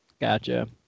Gotcha